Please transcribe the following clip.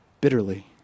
bitterly